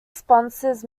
sponsors